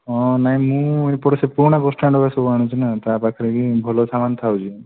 ହଁ ନାହିଁ ମୁଁ ଏପଟେ ସେ ପୁରୁଣା ବସଷ୍ଟାଣ୍ଡ୍ରୁ ସବୁ ଆଣୁଛି ନା ତା ପାଖରେ ହିଁ ଭଲ ସାମାନ୍ ଥାଉଛି